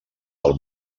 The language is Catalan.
del